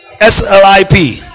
S-L-I-P